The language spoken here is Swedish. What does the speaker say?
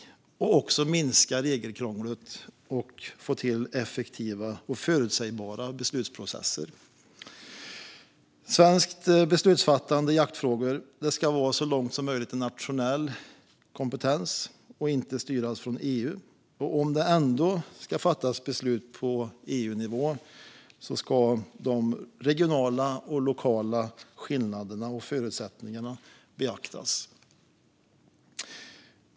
Det handlar om att minska regelkrånglet och att få till effektiva och förutsägbara beslutsprocesser. Svenskt beslutsfattande i jaktfrågor ska så långt som möjligt vara en nationell kompetens och inte styras från EU. Och om det ändå ska fattas beslut på EU-nivå ska de regionala och lokala skillnaderna och förutsättningarna beaktas.